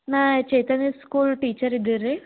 ನಾ Chaitanya school teacher ಇದೀವ್ ರೀ